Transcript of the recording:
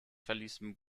verließen